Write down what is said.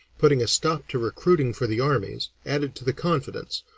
putting a stop to recruiting for the armies, added to the confidence,